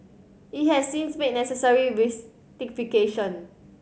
it has since made necessary with